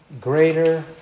Greater